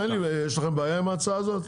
יש לכם בעיה עם ההצעה הזאת?